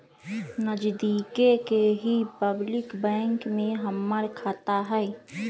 नजदिके के ही पब्लिक बैंक में हमर खाता हई